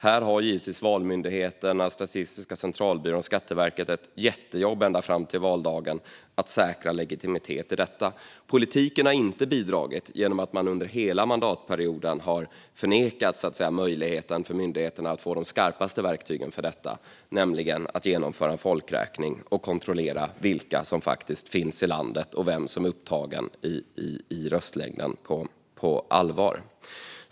Här har givetvis Valmyndigheten, Statistiska centralbyrån och Skatteverket ett jättejobb att göra ända fram till valdagen för att säkra legitimiteten i detta. Politiken har inte bidragit. Man har under hela mandatperioden förvägrat myndigheterna de skarpaste verktygen för detta, nämligen att genomföra en folkräkning och på allvar kontrollera vilka som faktiskt finns i landet och vilka som är upptagna i röstlängden.